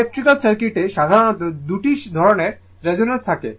electrical সার্কিটে সাধারণত 2 টি ধরণের রেজোন্যান্স থাকে